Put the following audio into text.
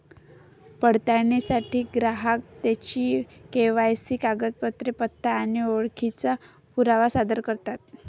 पडताळणीसाठी ग्राहक त्यांची के.वाय.सी कागदपत्रे, पत्ता आणि ओळखीचा पुरावा सादर करतात